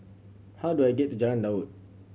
how do I get to Jalan Daud